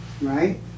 right